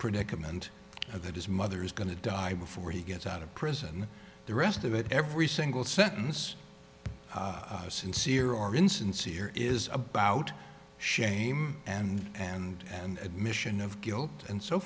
predicament that his mother is going to die before he gets out of prison the rest of it every single sentence sincere or insincere is about shame and and an admission of guilt and so